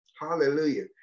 Hallelujah